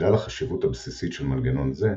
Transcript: בגלל החשיבות הבסיסית של מנגנון זה,